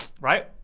right